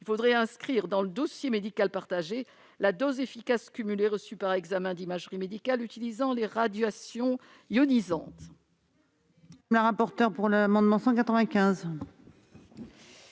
il faudrait inscrire dans le dossier médical partagé la dose efficace cumulée reçue par examen d'imagerie médicale utilisant les radiations ionisantes.